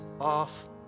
off